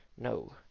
No